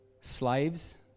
slaves